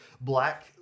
black